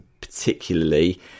particularly